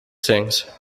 sings